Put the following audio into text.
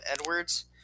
Edwards